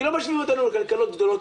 כי לא משווים אותנו לכלכלות גדולות,